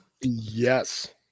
Yes